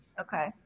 Okay